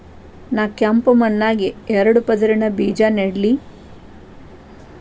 ನಾ ಕೆಂಪ್ ಮಣ್ಣಾಗ ಎರಡು ಪದರಿನ ಬೇಜಾ ನೆಡ್ಲಿ?